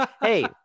Hey